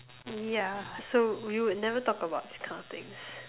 yeah so we would never talk about these kind of things